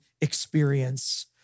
experience